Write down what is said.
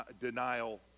denial